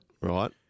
Right